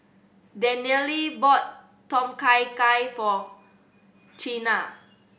Daniele bought Tom Kha Gai for Chynna